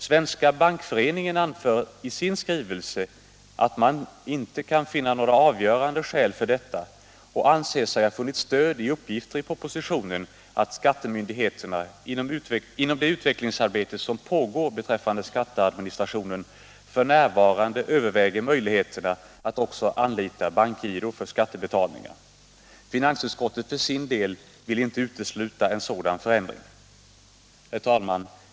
Svenska Bankföreningen anför i sin skrivelse att den inte kan finna några avgörande skäl för detta och anser sig ha funnit stöd i uppgifter i propositionen att skattemyndigheterna i det utvecklingsarbete som pågår beträffande skatteadministrationen f. n. överväger möjligheterna att också anlita bankgiro för skattebetalningar. Finansutskottet för sin del vill inte utesluta en sådan förändring. Herr talman!